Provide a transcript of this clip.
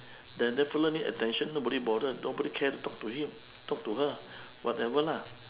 does the fella need attention nobody bother nobody care talk to him talk to her whatever lah